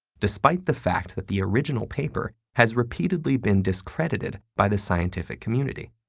despite the fact that the original paper has repeatedly been discredited by the scientific community.